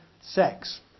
sex